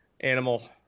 animal